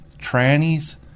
trannies